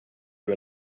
you